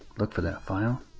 look for that file